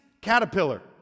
caterpillar